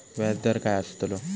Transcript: व्याज दर काय आस्तलो?